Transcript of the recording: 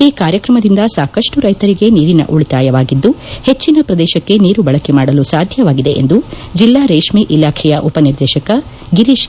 ಈ ಕಾರ್ಯಕ್ರಮದಿಂದ ಸಾಕಷ್ಟು ರೈತರಿಗೆ ನೀರಿನ ಉಳಿತಾಯವಾಗಿದ್ದು ಪೆಟ್ಟನ ಪ್ರದೇಶಕ್ಕೆ ನೀರು ಬಳಕೆ ಮಾಡಲು ಸಾಧ್ಯವಾಗಿದೆ ಎಂದು ಜಿಲ್ಡಾ ರೇಷ್ಮೆ ಇಲಾಖೆಯ ಉಪನಿರ್ದೆಶಕ ಗಿರೀಶ್